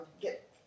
get